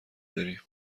داریم